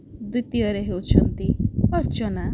ଦ୍ଵିତୀୟରେ ହେଉଛନ୍ତି ଅର୍ଚ୍ଚନା